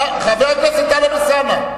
חבר הכנסת טלב אלסאנע.